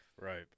Right